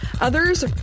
others